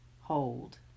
Hold